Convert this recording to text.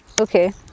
okay